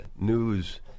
news